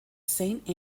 saint